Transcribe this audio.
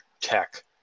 tech